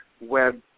web